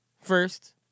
first